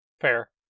Fair